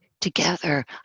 together